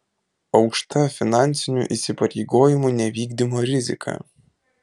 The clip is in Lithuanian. aukšta finansinių įsipareigojimų nevykdymo rizika